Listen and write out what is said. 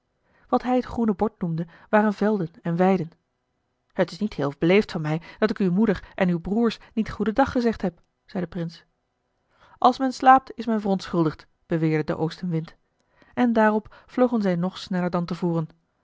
wat hij het groene bord noemde waren velden en weiden het is niet heel beleefd van mij dat ik uw moeder en uw broers niet goedendag gezegd heb zei de prins als men slaapt is men verontschuldigd beweerde de oostenwind en daarop vlogen zij nog sneller dan te voren